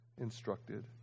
instructed